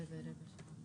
(הצגת מצגת)